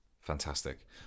Fantastic